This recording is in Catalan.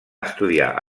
estudiar